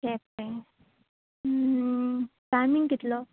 Quepem timing कितलो